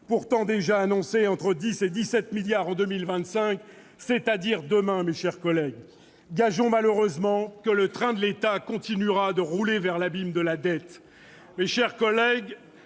pourtant déjà annoncé entre 10 et 17 milliards d'euros en 2025, c'est-à-dire demain. Gageons malheureusement que le train de l'État continuera de rouler vers l'abîme de la dette. Mes chers collègues,